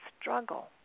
struggle